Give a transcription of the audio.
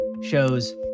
shows